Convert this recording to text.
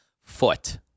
foot